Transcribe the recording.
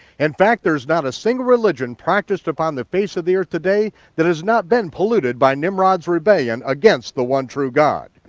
in fact, there's not a single religion practiced upon the face of the earth today that has not been polluted by nimrod's rebellion against the one true god.